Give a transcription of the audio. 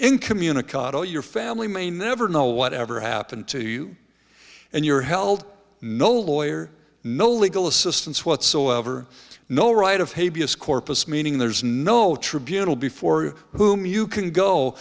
incommunicado your family may never know whatever happened to you and you're held no lawyer no legal assistance whatsoever no right of habeas corpus meaning there's no tribunal before whom you can go